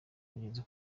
bageze